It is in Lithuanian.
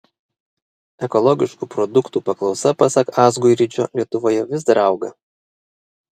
ekologiškų produktų paklausa pasak azguridžio lietuvoje vis dar auga